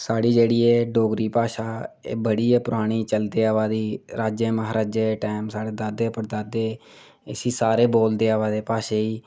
साढ़ी जेह्ड़ी ऐ डोगरी भाशा एह् बड़ी गै परानी चलदे आवा दी राजै म्हाराजें टैम साढ़े दादे परदादे इसी सारे ई बोलदे आवा दे भाशा गी